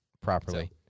properly